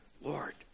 Lord